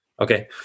Okay